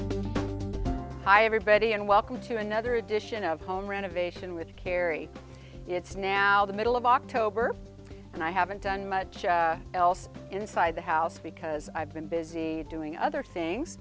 hi everybody and welcome to another edition of home renovation with carrie it's now the middle of october and i haven't done much else inside the house because i've been busy doing other things